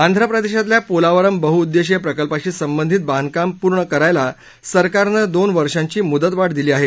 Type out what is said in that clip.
आंध प्रदेशातल्या पोलावरम बहउददेशीय प्रकल्पाशी संबंधित बांधकाम पूर्ण करायला सरकारनं दोन वर्षांची मुदतवाढ दिली आहे